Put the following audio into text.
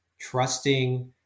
trusting